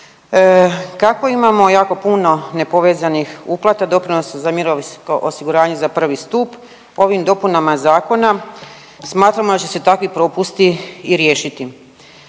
Kako imamo jako puno nepovezanih uplata doprinosa za mirovinsko osiguranje za prvi stup ovim dopunama zakona smatramo da će se takvi propusti i riješiti.